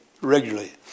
regularly